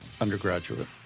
undergraduate